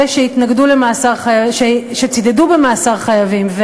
אלה שצידדו במאסר חייבים,